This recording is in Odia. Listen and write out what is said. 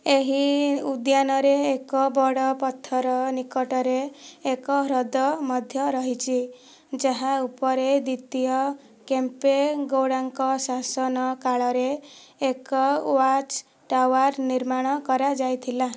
ଏହି ଉଦ୍ୟାନରେ ଏକ ବଡ଼ ପଥର ନିକଟରେ ଏକ ହ୍ରଦ ମଧ୍ୟ ରହିଛି ଯାହା ଉପରେ ଦ୍ୱିତୀୟ କେମ୍ପେ ଗୌଡ଼ାଙ୍କ ଶାସନ କାଳରେ ଏକ ୱାଚ୍ ଟାୱାର୍ ନିର୍ମାଣ କରାଯାଇଥିଲା